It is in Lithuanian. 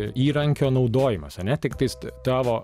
įrankio naudojimas ane tiktais tavo